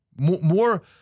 More